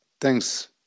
Thanks